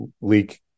leak